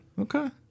Okay